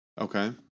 Okay